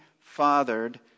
fathered